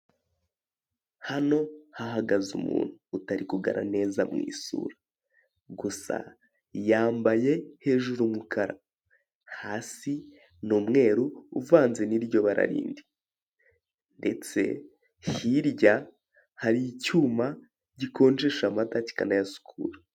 Hano hahagaze umuntu utari kugaragara neza mu isura, gusa yambaye hejuru umukara, hasi ni umweru uvanze n'iryo bara rindi ndetse hirya hari icyuma gikonjesha amata kikanayasukura.